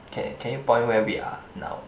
can can you point where we are now